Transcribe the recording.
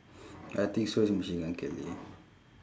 I think so it's machine gun kelly